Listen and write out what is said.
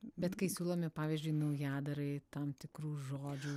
bet kai siūlomi pavyzdžiui naujadarai tam tikrų žodžių